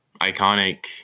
iconic